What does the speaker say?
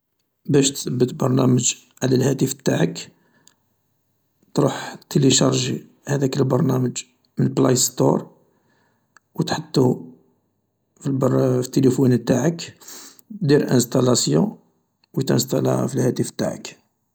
باش تثبت برنامج على الهاتف تاعك تروح تيليشارجي هذاك البرنامج من بلاي ستور و تحطو في التيليفون تاعك دير انسطالاسيون و تنسطالاها في الهاتف تاعك.